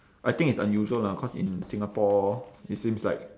I think it's unusual lah cause in singapore it seems like